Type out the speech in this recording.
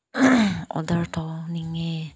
order ꯇꯧꯅꯤꯡꯉꯤ